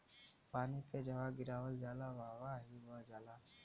पानी के जहवा गिरावल जाला वहवॉ ही बह जाला